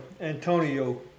Antonio